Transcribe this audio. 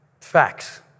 Facts